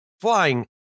flying